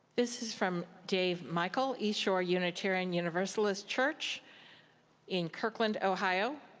this is from dave michael, east shore unitarian universalist church in kirkland, ohio.